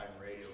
Radio